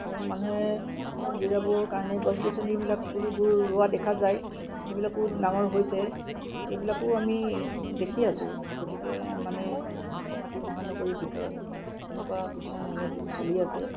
আৰু মানুহে অকণমান জিৰাবৰ কাৰণে গছ গছনিবিলাক পুলিবোৰ ৰোৱা দেখা যায় সেইবিলাকো ডাঙৰ হৈছে সেইবিলাকো আমি দেখি আছো গতিকে মানে গুৱাহাটী মহানগৰীৰ ভিতৰত এনেকুৱা কিছুমান উন্নতিও চলি আছে